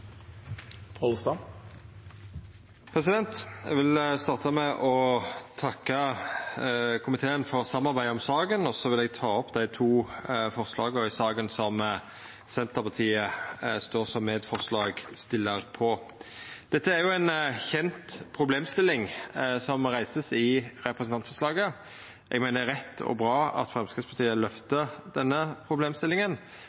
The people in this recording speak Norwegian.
minutter. Eg vil starta med å takka komiteen for samarbeidet om saka, og så vil eg ta opp dei to forslaga der Senterpartiet er medforslagsstillar. Det er ei kjend problemstilling som vert reist i representantforslaget. Eg meiner det er rett og bra at Framstegspartiet